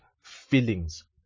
feelings